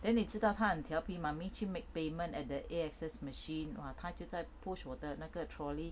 then 你知道她很调皮 mummy 去 make payment at the A_X_S machine 她就在 push 我的那个 trolley